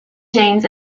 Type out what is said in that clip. james